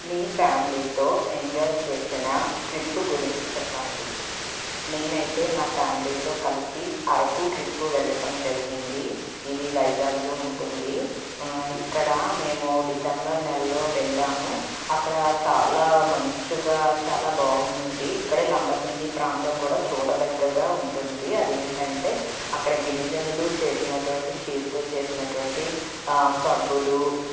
మీ ఫ్యామిలీతో ఎంజాయ్ చేసిన ట్రిప్ గురించి చెప్పండి నేనైతే నా ఫ్యామిలీతో కలిసి అరకు ట్రిప్పు వెళ్ళటం జరిగింది ఇది వైజాగ్లో ఉంటుంది ఇక్కడ మేము డిసెంబర్ నెలలో వెళ్ళాము అక్కడ చాలా మంచుగా చాలా బాగున్నది ఇక్కడే లంబసింగి ప్రాంతం కూడా చూడదగ్గగా ఉంటుంది అదేంటంటే అక్కడ గిరిజనులు చేసినటువంటి చేత్తో చేసినటువంటి సబ్బులు